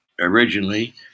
originally